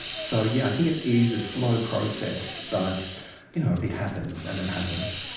so yeah, i think it is a slow process but you know it happens and it happened.